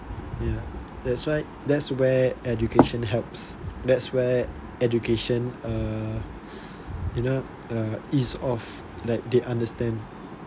ya that's why that's where education helps that's where education uh you know uh uh ease off like they understand